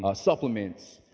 ah supplements,